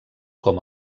com